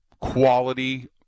quality